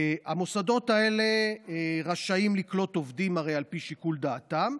הרי המוסדות האלה רשאים לקלוט עובדים על פי שיקול דעתם.